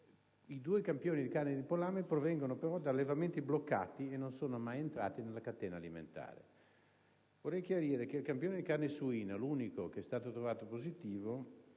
I due campioni di carne di pollame provengono però da allevamenti bloccati, dunque, non sono mai entrati nella catena alimentare. Vorrei chiarire che i valori del campione di carne suina (l'unico risultato positivo)